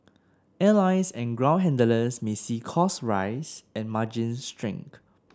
airlines and ground handlers may see costs rise and margins shrink